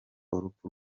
urupfu